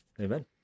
Amen